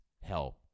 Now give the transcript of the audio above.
help